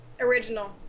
Original